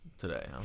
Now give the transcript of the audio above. today